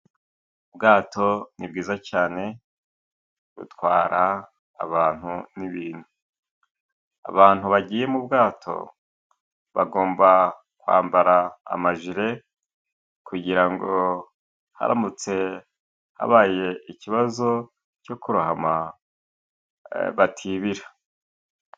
Ubwato ni bwiza cane butwara abantu n'ibintu. Abantu bagiye mu bwato bagomba kwambara amajire kugira ngo haramutse habaye ikibazo cyo kurohama batibira.